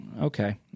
okay